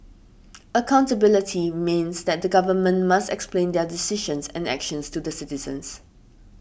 accountability means that the Government must explain their decisions and actions to the citizens